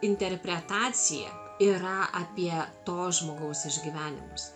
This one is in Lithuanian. interpretacija yra apie to žmogaus išgyvenimus